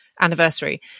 anniversary